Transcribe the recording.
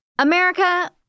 America